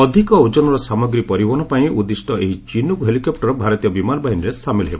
ଅଧିକ ଓଜନର ସାମଗ୍ରୀ ପରିବହନ ପାଇଁ ଉଦ୍ଦିଷ୍ଟ ଏହି ଚିନୁକ୍ ହେଲିକପ୍ଟର ଭାରତୀୟ ବିମାନ ବାହିନୀରେ ସାମିଲ୍ ହେବ